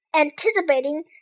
anticipating